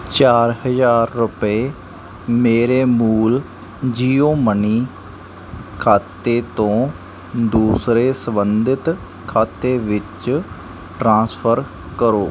ਚਾਰ ਹਜ਼ਾਰ ਮੇਰੇ ਮੂਲ ਜੀਓ ਮਨੀ ਖਾਤੇ ਤੋਂ ਦੂਸਰੇ ਸੰਬੰਧਿਤ ਖਾਤੇ ਵਿੱਚ ਟ੍ਰਾਂਸਫਰ ਕਰੋ